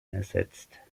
ersetzt